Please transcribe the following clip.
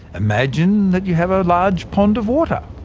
imagine that you have a large pond of water.